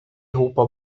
roupa